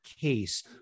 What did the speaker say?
case